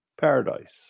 Paradise